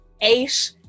eight